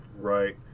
right